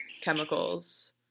chemicals